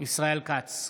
ישראל כץ,